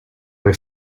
were